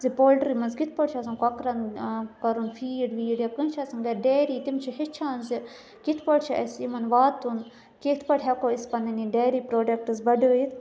زِ پولٹری مَنٛز کِتھٕ پٲٹھۍ چھُ آسان کۄکرَن کَرُن فیٖڈ ویٖڈ یا کٲنٛسہِ آسان گَرِ ڈیری تِم چھِ ہیٚچھان زِ کِتھٕ پٲٹھۍ چھِ اَسہِ یِمَن واتُن کِتھٕ پٲٹھۍ ہیٚکو أسۍ پَنٕنۍ یہِ ڈیری پرٛوڈَکٹٕس بَڑٲوِتھ